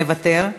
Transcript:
מוותר,